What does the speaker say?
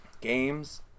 Games